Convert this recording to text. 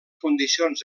condicions